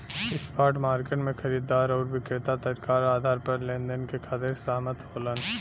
spot market में खरीदार आउर विक्रेता तत्काल आधार पर लेनदेन के खातिर सहमत होलन